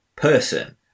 person